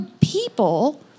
people